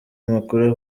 amakuru